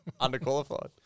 Underqualified